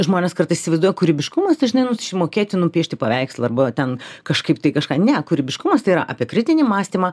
žmonės kartais įsivaizduoja kūrybiškumas tai žinai nu tai čia mokėti nupiešti paveikslą arba ten kažkaip tai kažką ne kūrybiškumas tai yra apie kritinį mąstymą